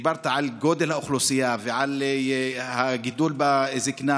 דיברת על גודל האוכלוסייה ועל הגידול בזקנה